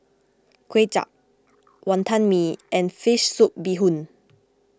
Kway Chap Wonton Mee and Fish Soup Bee Hoon